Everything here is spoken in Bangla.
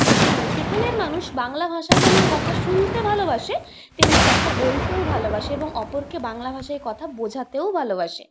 সেখা সেখানের মানুষ বাংলা ভাষায় যেমন কথা শুনতে ভালোবাসে তেমনি কথা বলতেও ভালোবাসে এবং অপরকে বাংলা ভাষায় কথা বোঝাতেও ভালোবাসে